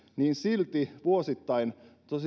niin silti tosiaankin vuosittain